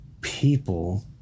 people